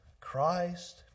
Christ